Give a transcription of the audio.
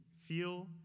feel